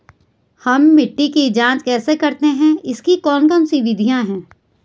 हम मिट्टी की जांच कैसे करते हैं इसकी कौन कौन सी विधियाँ है?